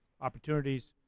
opportunities